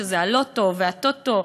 שזה הלוטו והטוטו,